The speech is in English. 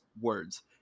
words